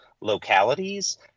localities